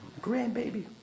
Grandbaby